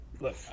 Look